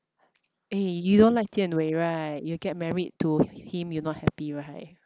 eh you don't like jian wei right you get married to him you not happy right